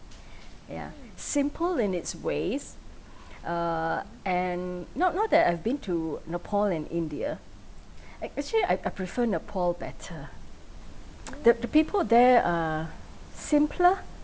ya simple in its ways uh and now now that I've been to nepal and india ac~actually I I prefer nepal better the the people there are simpler